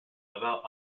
about